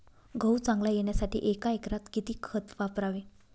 गहू चांगला येण्यासाठी एका एकरात किती खत वापरावे?